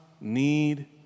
need